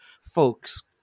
folks